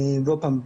עוד פעם,